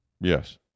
Yes